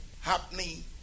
happening